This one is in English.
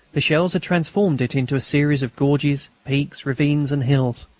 the shells had transformed it into a series of gorges, peaks, ravines, and hills.